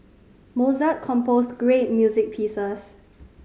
Mozart composed great music pieces